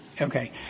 Okay